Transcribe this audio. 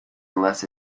unless